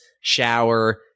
shower